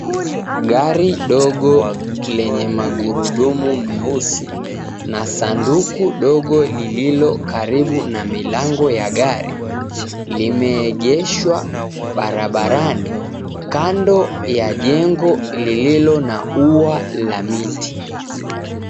Gari dogo lenye magurudumu meusi na sanduku dogo lililo karibu na milango ya gari limeegeshwa barabarani kando ya jengo lililo na ua la miti.